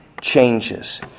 changes